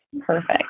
perfect